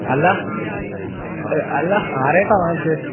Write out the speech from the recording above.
അല്ല അല്ല ആരുമായിട്ടാണ് മാച്ച്